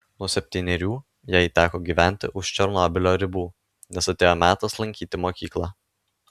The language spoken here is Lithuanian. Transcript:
nuo septynerių jai teko gyventi už černobylio ribų nes atėjo metas lankyti mokyklą